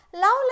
now